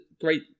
great